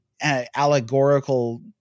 allegorical